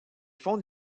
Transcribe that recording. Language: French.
fonde